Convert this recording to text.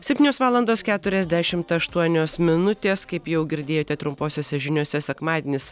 septynios valandos keturiasdešimt aštuonios minutės kaip jau girdėjote trumposiose žiniose sekmadienis